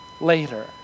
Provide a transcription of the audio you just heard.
later